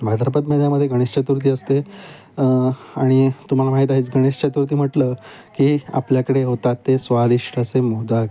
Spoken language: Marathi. मायद्राबाद मेमधे गणेश चतुर्थी असते आणि तुम्हाला माहीत आहे गणेश चतुर्थी म्हटलं की आपल्याकडे होतात ते स्वादिष्ट असे मोदक